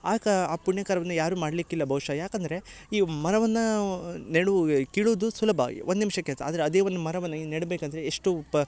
ಆ ಕ ಆ ಪುಣ್ಯಕಾರ್ಯವನ್ನ ಯಾರು ಮಾಡ್ಲಿಕ್ಕೆ ಇಲ್ಲ ಬಹುಶಃ ಯಾಕಂದರೆ ಈ ಮರವನ್ನ ನೆಡುವ ಕೀಳುದು ಸುಲಭ ಒಂದು ನಿಮ್ಷದ ಕೆಲಸ ಆದರೆ ಅದೆ ಒಂದು ಮರವನ್ನ ನೆಡ್ಬೇಕು ಅಂದರೆ ಎಷ್ಟು ಪ